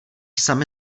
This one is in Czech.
sami